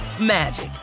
magic